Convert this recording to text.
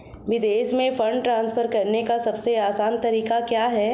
विदेश में fund transfer करने का सबसे आसान तरीका क्या है?